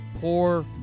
Poor